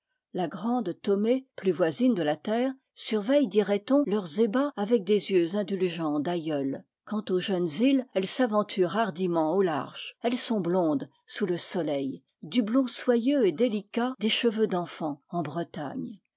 la grande tomé plus voisine de la terre surveille dirait-on leurs ébats avec des yeux indulgents d'aïeule quant aux jeunes îles elles s'aventurent hardiment au large elles sont blondes sous le soleil du blond soyeux et délicat des cheveux d'enfants en bretagne